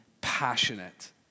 passionate